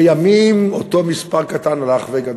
לימים, אותו מספר קטן הלך וגדל.